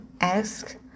ask